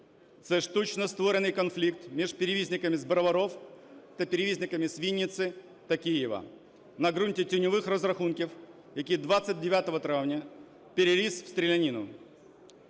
Це штучно створений конфлікт між перевізниками з Броварів та перевізниками з Вінниці та Києва на ґрунті тіньових розрахунків, який 29 травня переріс в стрілянину.